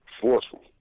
forceful